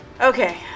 Okay